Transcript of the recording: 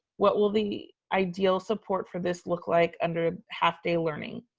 what will the ideal support for this look like under half day learning?